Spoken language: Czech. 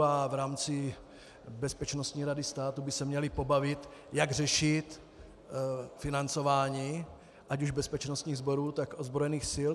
A v rámci Bezpečnostní rady státu by se měly pobavit, jak řešit financování ať už bezpečnostních sborů, tak ozbrojených sil.